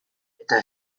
eta